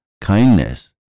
kindness